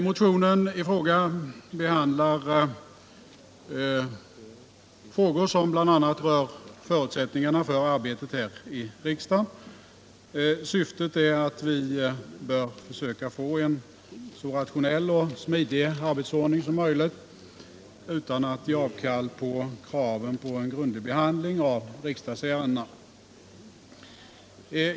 Motionen behandlar frågor som bl.a. rör förutsättningarna för arbetet här i riksdagen. Syftet är att vi bör försöka få en så rationell och smidig arbetsordning som möjligt utan att ge avkall på kraven på en grundlig behandling av riksdagsärendena.